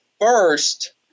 first